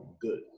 good